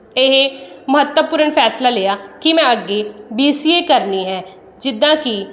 ਇਹ ਮਹੱਤਪੂਰਨ ਫੈਸਲਾ ਲਿਆ ਕਿ ਮੈਂ ਅੱਗੇ ਬੀ ਸੀ ਏ ਕਰਨੀ ਹੈ ਜਿੱਦਾਂ ਕਿ